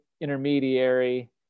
intermediary